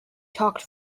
talked